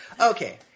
Okay